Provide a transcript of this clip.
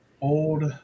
old